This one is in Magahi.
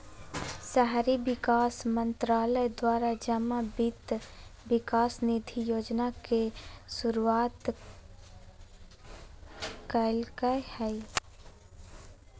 शहरी विकास मंत्रालय द्वारा जमा वित्त विकास निधि योजना के शुरुआत कल्कैय हइ